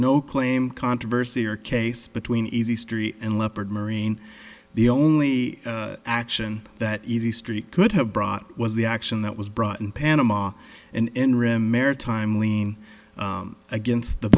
no claim controversy or case between easy street and leopard marine the only action that easy street could have brought was the action that was brought in panama and in rim maritime lean against the